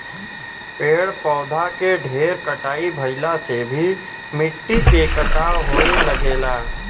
पेड़ पौधा के ढेर कटाई भइला से भी मिट्टी के कटाव होये लगेला